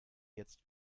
jetzt